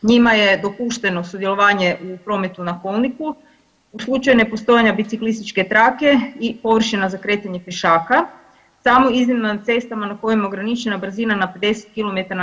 Njima je dopušteno sudjelovanje u prometu na kolniku, u slučaju nepostojanja biciklističke trake i površina za kretanje pješaka, samo iznimno na cestama na kojima je ograničena brzina na 50 km/